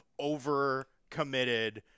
overcommitted